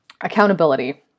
accountability